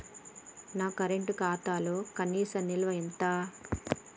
నా కరెంట్ ఖాతాలో కనీస నిల్వ ఎంత?